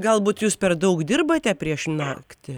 galbūt jūs per daug dirbate prieš naktį